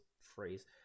phrase